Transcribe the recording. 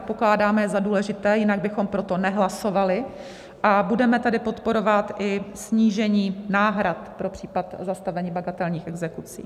Pokládáme je za důležité, jinak bychom proto nehlasovali, a budeme tedy podporovat i snížení náhrad pro případ zastavení bagatelních exekucí.